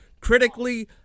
Critically